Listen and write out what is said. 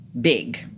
big